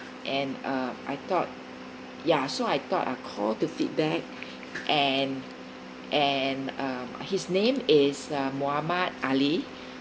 and uh I thought ya so I thought I'd call to feedback and and um his name is uh mohamed ali